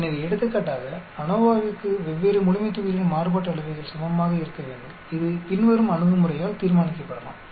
எனவே எடுத்துக்காட்டாக ANOVA க்கு வெவ்வேறு முழுமைத்தொகுதிகளின் மாறுபாட்டு அளவைகள் சமமாக இருக்க வேண்டும் இது பின்வரும் அணுகுமுறையால் தீர்மானிக்கப்படலாம்